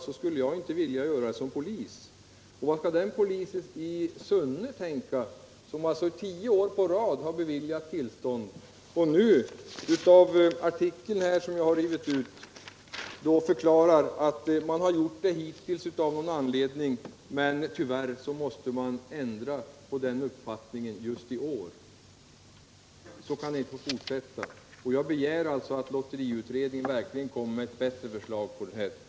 Vad skall t.ex. den polis i Sunne tänka som i tio år i rad har beviljat tillstånd och som i den artikel som jag tidigare har nämnt förklarar att man av någon anledning hittills har beviljat tillstånd men tyvärr måste ändra uppfattning just i år? Så kan det inte få fortsätta. Jag begär alltså att lotteriutredningen kommer med ett bättre förslag på denna punkt.